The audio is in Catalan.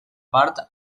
part